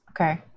Okay